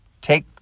take